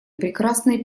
прекрасные